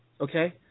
Okay